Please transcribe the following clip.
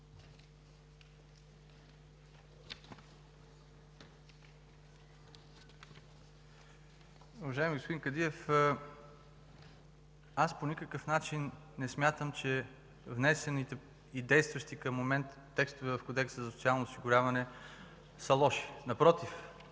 Уважаеми господин Кадиев, аз по никакъв начин не смятам, че внесените и действащи към момента текстове в Кодекса за социално осигуряване са лоши. Напротив,